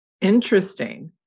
Interesting